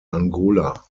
angola